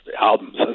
albums